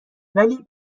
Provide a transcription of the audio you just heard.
ولی